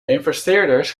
investeerders